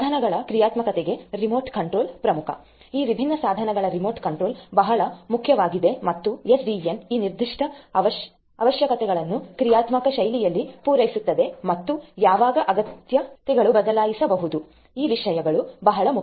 ಸಾಧನಗಳ ಕ್ರಿಯಾತ್ಮಕತೆಗೆ remote control ಪ್ರಮುಖ ಈ ವಿಭಿನ್ನ ಸಾಧನಗಳ ರಿಮೋಟ್ ಕಂಟ್ರೋಲ್ ಬಹಳ ಮುಖ್ಯವಾಗಿದೆ ಮತ್ತು ಎಸ್ಡಿಎನ್ ಈ ನಿರ್ದಿಷ್ಟ ಅಗತ್ಯವನ್ನು ಕ್ರಿಯಾತ್ಮಕ ಶೈಲಿಯಲ್ಲಿ ಪೂರೈಸುತ್ತದೆ ಮತ್ತು ಯಾವಾಗ ಅಗತ್ಯತೆಗಳನ್ನು ಬದಲಾಯಿಸಬಹುದು ಈ ವಿಷಯಗಳು ಬಹಳ ಮುಖ್ಯ